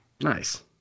Nice